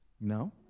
No